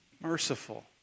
Merciful